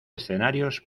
escenarios